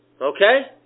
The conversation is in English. Okay